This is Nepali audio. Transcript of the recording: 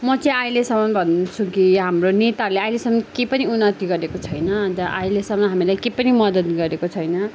म चाहिँ अहिलेसम्म भन्छु कि हाम्रो नेताहरूले अहिलेसम्म के पनि उन्नति गरेको छैन अन्त अहिलेसम्म हामीलाई के पनि मद्दत गरेको छैन